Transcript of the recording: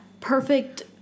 perfect